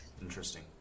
Interesting